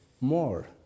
more